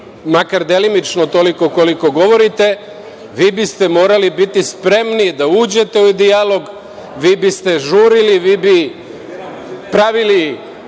makar delimično toliko koliko govorite, vi biste morali biti spremni da uđete u dijalog, vi biste žurili, vi bi pravili